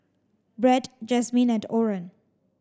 Bret Jasmin and Oren